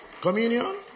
Communion